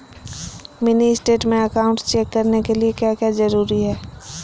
Mini state में account check करने के लिए क्या क्या जरूरी है?